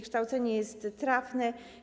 Kształcenie jest trafne.